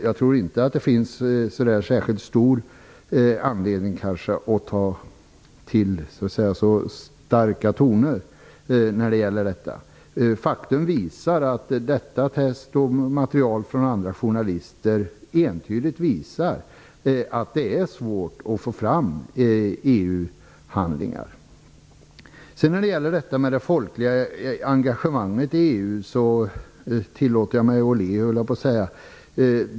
Jag tror därför att det inte finns särskilt stor anledning att ta i så starkt i detta sammanhang. Faktum är att detta test och material från andra journalister entydigt visar att det är svårt att få fram EU När det sedan gäller det folkliga engagemanget i EU höll jag på att säga att jag tillåter mig att le.